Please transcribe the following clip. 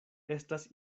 estas